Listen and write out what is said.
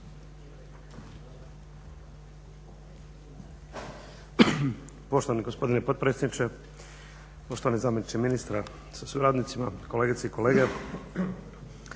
Poštovani gospodine potpredsjedniče, poštovani zamjeniče ministra sa suradnicima, kolegice i kolege.